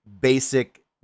basic